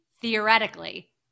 theoretically